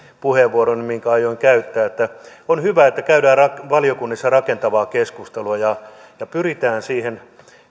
puheenvuoron minkä aioin käyttää on hyvä että käydään valiokunnissa rakentavaa keskustelua ja ja pyritään siihen